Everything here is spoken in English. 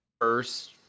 first